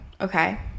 okay